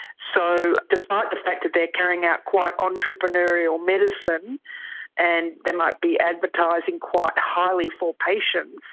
so despite the fact that they are carrying out quite entrepreneurial medicine and they might be advertising quite highly for patients,